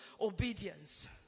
obedience